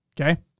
okay